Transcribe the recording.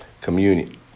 communion